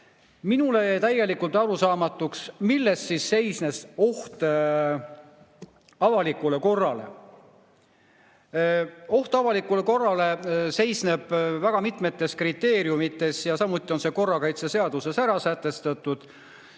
Minule jäi täielikult arusaamatuks, milles seisnes oht avalikule korrale. Oht avalikule korrale seisneb väga mitmete kriteeriumide [olemasolul] ja samuti on see korrakaitseseaduses sätestatud.